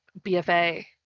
bfa